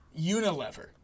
Unilever